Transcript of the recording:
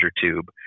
tube